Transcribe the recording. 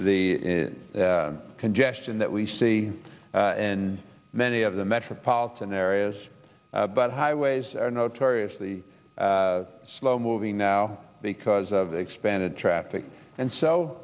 the congestion that we see and many of the metropolitan areas but highways are notoriously slow moving now because of the expanded traffic and so